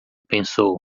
pensou